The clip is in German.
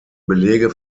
belege